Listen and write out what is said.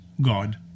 God